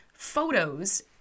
photos